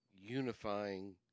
unifying